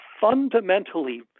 fundamentally